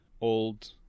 old